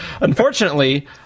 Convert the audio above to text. unfortunately